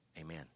amen